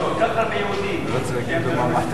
יש כל כך הרבה יהודים שהם טרוריסטים.